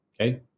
okay